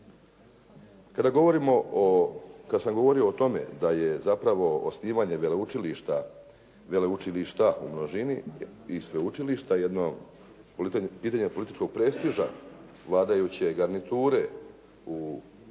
Kad sam govorio o tome da je zapravo osnivanje veleučilišta u množini i sveučilišta jedno pitanje političkog prestiža vladajuće garniture uglavnom